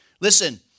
Listen